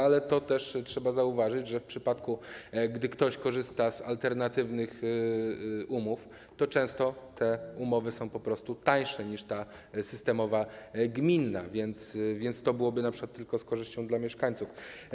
Ale trzeba też zauważyć, że w przypadku gdy ktoś korzysta z alternatywnych umów, to często one są po prostu tańsze niż ta systemowa gminna, więc to byłoby np. tylko z korzyścią dla mieszkańców.